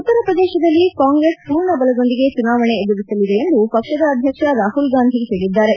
ಉತ್ತರ ಪ್ರದೇಶದಲ್ಲಿ ಕಾಂಗ್ರೆಸ್ ಪೂರ್ಣಬಲದೊಂದಿಗೆ ಚುನಾವಣೆ ಎದುರಿಸಲಿದೆ ಎಂದು ಪಕ್ಷದ ಅಧ್ಯಕ್ಷ ರಾಹುಲ್ ಗಾಂಧಿ ಹೇಳಿದ್ದಾರೆ